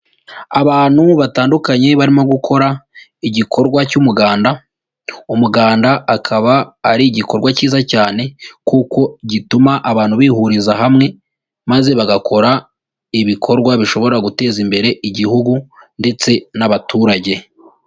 Abantu batandukanye barimo gukora igikorwa cy'umuganda, umuganda akaba ari igikorwa cyiza cyane kuko gituma abantu bihuriza hamwe maze bagakora ibikorwa bishobora guteza imbere igihugu ndetse n'abaturage.